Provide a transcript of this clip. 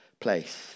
place